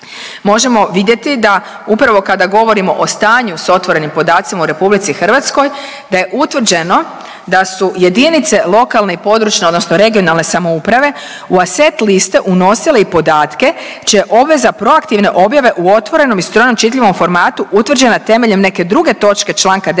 možemo vidjeti da upravo kada govorimo o stanju sa otvorenim podacima u Republici Hrvatskoj, da je utvrđeno da su jedinice lokalne i područne, odnosno regionalne samouprave u aset liste unosile i podatke čija je obveza proaktivne objave u otvorenom i strojno čitljivom formatu utvrđena temeljem neke druge točke članka 10. stavka